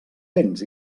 vents